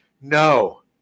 No